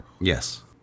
Yes